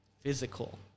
physical